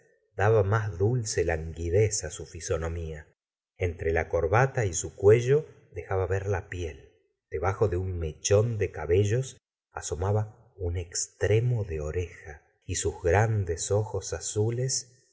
daba más dulce languidez su fisonomía entre la corbata y su cuello dejaba ver la piel debajo de un mechón de cabellos asomaba un extremo de oreja y sus grandes ojos azules